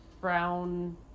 brown